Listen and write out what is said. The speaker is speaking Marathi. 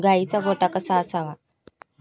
गाईचा गोठा कसा असावा?